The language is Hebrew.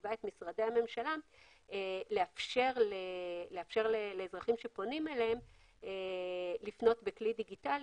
שחייבה את משרדי הממשלה לאפשר לאזרחים שפונים אליהם לפניות בכלי דיגיטלי